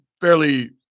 fairly